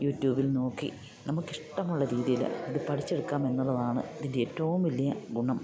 യൂട്യൂബിൽ നോക്കി നമുക്കിഷ്ടമുള്ള രീതിയില് അത് പഠിച്ചെടുക്കാം എന്നുള്ളതാണ് ഇതിൻ്റെ ഏറ്റവും വലിയ ഗുണം